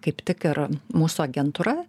kaip tik ir mūsų agentūra